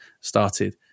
started